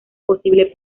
posible